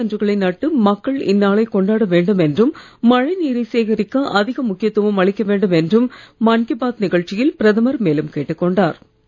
மரக் கன்றுகளை நட்டு மக்கள் இந்நாளைக் கொண்டாட வேண்டும் என்றும் மழை நீரை சேகரிக்க அதிக முக்கியத்துவம் அளிக்க வேண்டும் என்றும் மன் கி பாத் நிகழ்ச்சியில் பிரதமர் மேலும் கேட்டுக் கொண்டார்